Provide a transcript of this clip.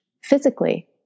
physically